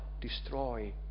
destroy